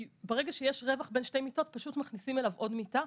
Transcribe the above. כי ברגע שיש רווח בין שתי מיטות פשוט מכניסים אליו עוד מיטה.